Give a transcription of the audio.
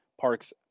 Park's